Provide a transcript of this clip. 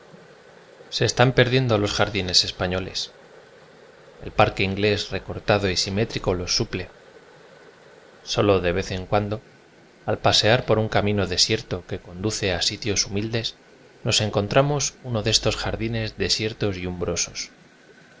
están perdiendo los jardines españo les el parque inglés recortado y simétrico ios suple solo de vez en cuando al pa sear por un camino desierto que conduce a sitios humildes nos encontramos uno de estos jardines desiertos y umbrosos